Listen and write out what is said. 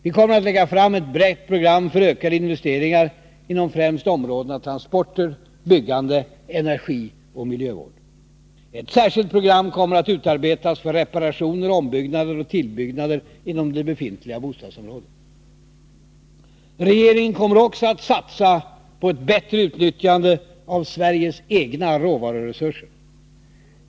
Vi kommer att lägga fram ett brett program för ökade investeringar inom främst områdena transporter, byggande, energi och miljövård. Ett särskilt program kommer att utarbetas för reparationer, ombyggnader och tillbyggnader inom det befintliga bostadsbeståndet. Regeringen kommer också att satsa på ett bättre utnyttjande av Sveriges egna råvaruresurser.